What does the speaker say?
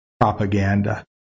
propaganda